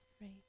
Right